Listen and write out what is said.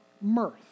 mirth